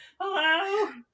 hello